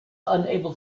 unable